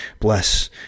bless